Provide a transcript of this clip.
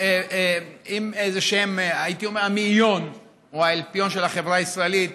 עם המאיון או האלפיון של החברה הישראלית.